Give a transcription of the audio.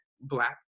Black